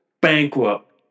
bankrupt